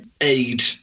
aid